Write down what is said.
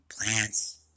plants